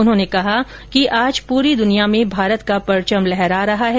उन्होंने कहा कि आज पूरी दुनिया में भारत का परचम लहरा रहा है